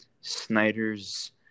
snyder's